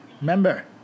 Remember